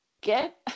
get